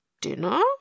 dinner